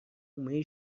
حومه